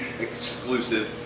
exclusive